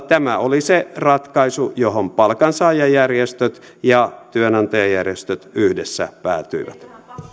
tämä oli se ratkaisu johon palkansaajajärjestöt ja työnantajajärjestöt yhdessä päätyivät